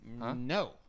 No